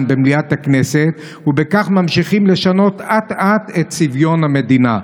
במליאת הכנסת ובכך ממשיכים לשנות אט-אט את צביון המדינה,